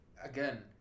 Again